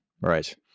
Right